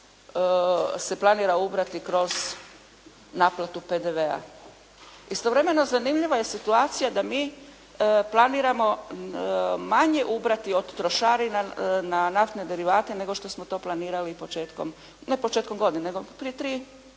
se planira ubrati kroz naplatu PDV-a. Istovremeno zanimljiva je situacija da mi planiramo manje ubrati od trošarina na naftne derivate nego što smo to planirali početkom, ne početkom godine